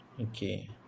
Okay